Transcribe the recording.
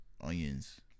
onions